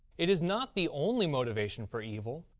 it is not the only motivation for evil,